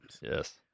Yes